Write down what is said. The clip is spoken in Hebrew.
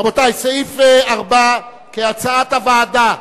רבותי, סעיף 4 כהצעת הוועדה.